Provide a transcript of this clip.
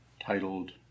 titled